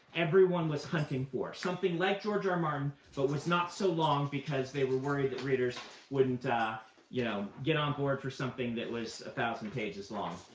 everyone was hunting for, something like george r. martin, but was not so long, because they were worried that readers wouldn't yeah get on board for something that was a thousand pages long.